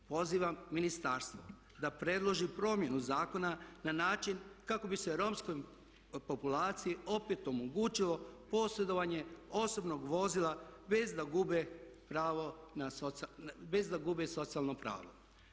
Pozivam ministarstvo da predloži promjenu zakona na način kako bi se romskoj populaciji opet omogućilo posredovanje osobnog vozila bez da gube pravo, bez da gube socijalno pravo.